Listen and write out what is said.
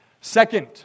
Second